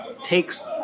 takes